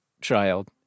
child